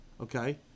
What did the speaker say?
okay